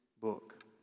book